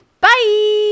bye